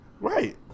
Right